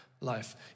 life